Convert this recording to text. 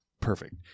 perfect